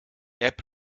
app